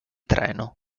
treno